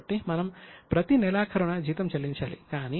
కాబట్టి మనము ప్రతి నెలాఖరున జీతం చెల్లించాలి